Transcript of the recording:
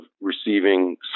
receiving